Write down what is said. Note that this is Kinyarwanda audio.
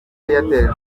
airtel